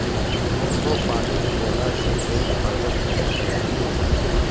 नेबू पानी पियला से पेट हरदम ठीक रही